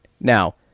now